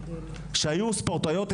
שהיו ספורטאיות הישגיות,